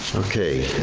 okay.